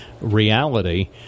reality